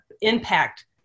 impact